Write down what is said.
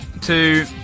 two